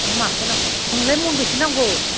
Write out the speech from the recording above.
नोंनो माखौ नांगौ नोंनोलाय बबेखौ नांगौ